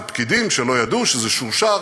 זה פקידים שלא ידעו שזה שורשר,